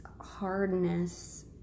hardness